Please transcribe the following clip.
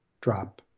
drop